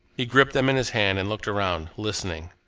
he gripped them in his hand and looked around, listening.